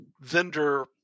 vendor